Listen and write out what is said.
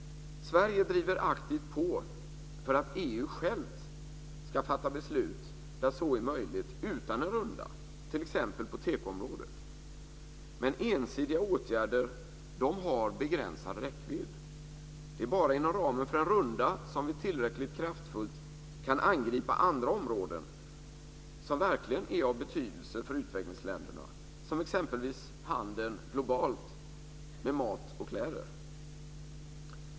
Sverige driver aktivt på att EU självt ska fatta beslut där så är möjligt utan någon runda, t.ex. på tekoområdet. Men ensidiga åtgärder har begränsad räckvidd. Det är bara inom ramen för en runda som vi tillräckligt kraftfullt kan angripa andra områden som verkligen är av betydelse för utvecklingsländerna, exempelvis handeln globalt med mat och kläder.